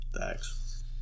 Thanks